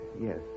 Yes